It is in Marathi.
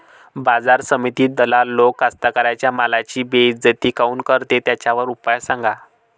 बाजार समितीत दलाल लोक कास्ताकाराच्या मालाची बेइज्जती काऊन करते? त्याच्यावर उपाव सांगा